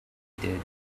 did